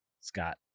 Scott